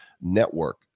network